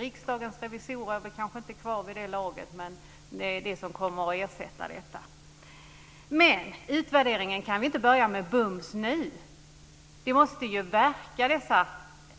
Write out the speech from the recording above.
Riksdagens revisorer är kanske inte kvar vid det laget, men det kan gälla det som kommer att ersätta. Utvärderingen kan vi dock inte börja med bums nu. De